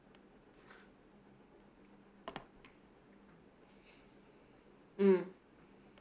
mm